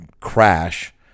crash